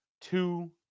two